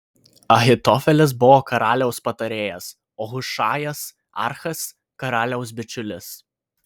ahitofelis buvo karaliaus patarėjas o hušajas archas karaliaus bičiulis